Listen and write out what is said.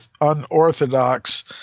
unorthodox